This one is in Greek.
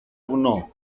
βουνό